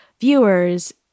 viewers –